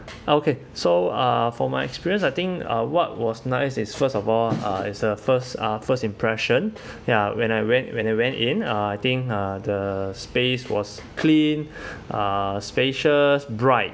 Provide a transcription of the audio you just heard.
uh okay so uh for my experience I think uh what was nice is first of all uh it's a first uh first impression ya when I went when I went in uh I think uh the space was clean uh spacious bright